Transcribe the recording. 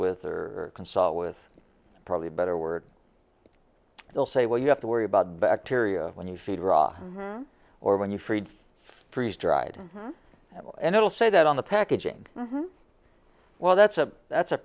with or consult with probably a better word they'll say well you have to worry about bacteria when you feed raw or when you feed freeze dried and it will say that on the packaging well that's a that's a